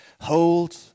hold